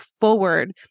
forward